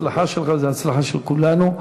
ההצלחה שלך היא הצלחה של כולנו.